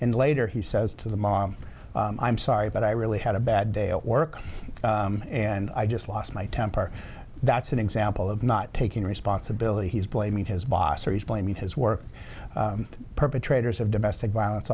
and later he says to the mom i'm sorry but i really had a bad day at work and i just lost my temper that's an example of not taking responsibility he's blaming his boss or he's blaming his work perpetrators of domestic violence